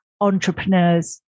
entrepreneurs